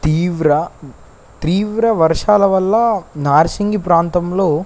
తీవ్ర తీవ్ర వర్షాల వల్ల నారసింగి ప్రాంతంలో